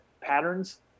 patterns